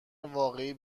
واقعی